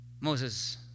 Moses